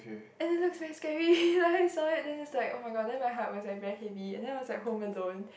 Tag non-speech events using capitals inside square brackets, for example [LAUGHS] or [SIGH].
and it looks very scary [LAUGHS] and then I saw it then it's like [oh]-my-god then my heart was like very heavy and then I was at home alone